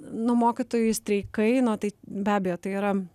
nu mokytojų streikai na tai be abejo tai yra